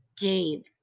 Dave